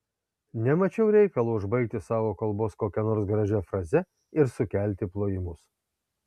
nemačiau reikalo užbaigti savo kalbos kokia nors gražia fraze ir sukelti plojimus